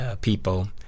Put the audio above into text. people